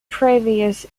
previous